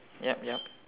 yup yup